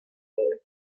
day